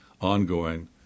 ongoing